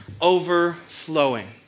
overflowing